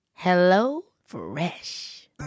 HelloFresh